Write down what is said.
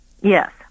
Yes